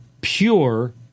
pure